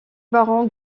baron